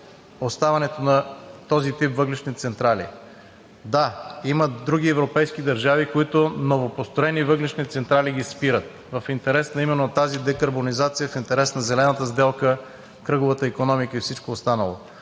оставането на този тип въглищни централи. Да, има други европейски държави, които спират новопростроени въглищни централи, в интерес именно на тази декарбонизация, в интерес на зелената сделка, кръговата икономика и всичко останало.